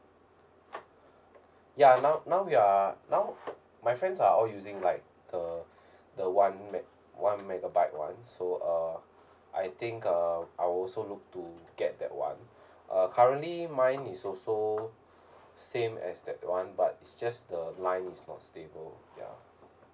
ya now now we're now my friends are all using like the the one megabyte one so uh I think uh I will also look to get that [one] err currently mine is also same as that [one] but it's just the line is not stable ya